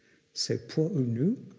so poor u nu,